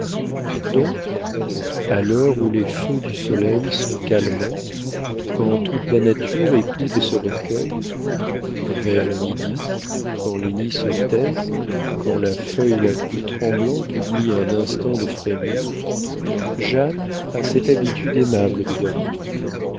donc à l'heure où les feux du soleil sont calmants quand toute la nature écoute et se recueille vers midi quand les nids se taisent quand la feuille la plus tremblante oublie un instant de frémir jeanne a cette habitude aimable de dormir